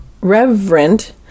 Reverend